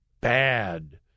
bad